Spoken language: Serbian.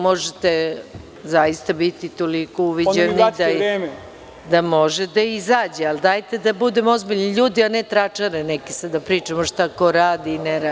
Možete zaista biti toliko uviđajni da može da izađe, ali dajte da budemo ozbiljni ljudi, a ne tračare neke sada da pričamo šta ko radi i ne radi.